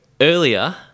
earlier